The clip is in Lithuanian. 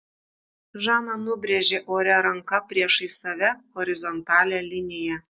žana nubrėžė ore ranka priešais save horizontalią liniją